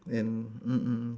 and mm mm mm